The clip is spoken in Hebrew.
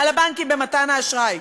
על הבנקים, במתן האשראי.